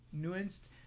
nuanced